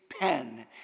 pen